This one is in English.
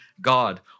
God